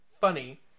funny